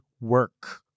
Work